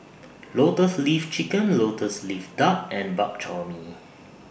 Lotus Leaf Chicken Lotus Leaf Duck and Bak Chor Mee